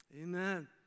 Amen